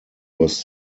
was